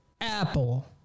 Apple